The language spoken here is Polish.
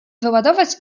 wyładować